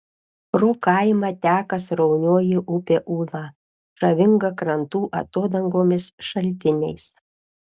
pro kaimą teka sraunioji upė ūla žavinga krantų atodangomis šaltiniais